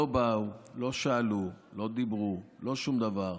לא באו, לא שאלו, לא דיברו, לא שום דבר.